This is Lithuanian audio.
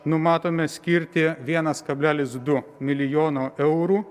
numatome skirti vienas kablelis du milijono eurų